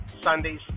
Sundays